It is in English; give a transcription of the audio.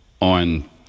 on